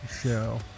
show